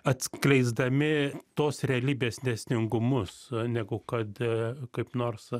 atskleisdami tos realybės dėsningumus negu kad kaip nors